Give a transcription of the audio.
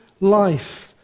life